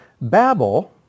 Babel